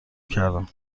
کردم